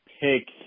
pick